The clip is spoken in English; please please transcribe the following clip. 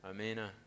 Amen